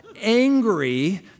angry